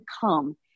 come